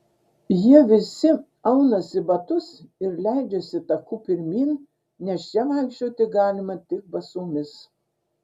jie visi aunasi batus ir leidžiasi taku pirmyn nes čia vaikščioti galima tik basomis